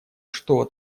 что